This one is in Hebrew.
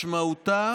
משמעותה